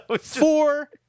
Four